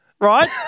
right